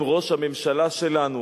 אם ראש הממשלה שלנו